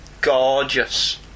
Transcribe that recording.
gorgeous